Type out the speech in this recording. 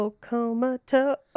Comatose